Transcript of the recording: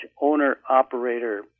owner-operator